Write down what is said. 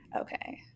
Okay